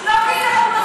את מאוד עניינית,